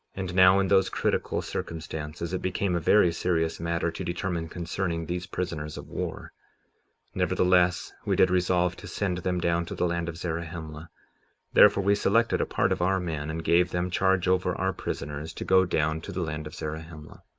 and now, in those critical circumstances, it became a very serious matter to determine concerning these prisoners of war nevertheless, we did resolve to send them down to the land of zarahemla therefore we selected a part of our men, and gave them charge over our prisoners to go down to the land of zarahemla.